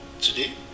Today